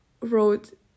wrote